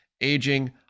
aging